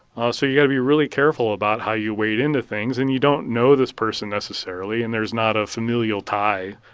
ah so you got to be really careful about how you wade into things. and you don't know this person necessarily, and there's not a familial tie.